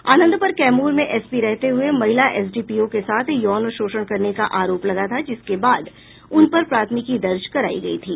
आनंद पर कैमूर में एसपी रहते हुये महिला एसडीपीओ के साथ यौन शोषण करने का आरोप लगा था जिसके बाद उन पर प्राथमिकी दर्ज करायी गयी थी